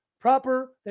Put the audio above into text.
proper